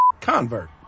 convert